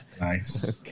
Nice